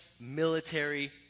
military